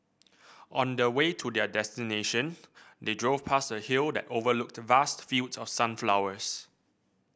on the way to their destination they drove past a hill that overlooked vast fields of sunflowers